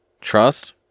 Trust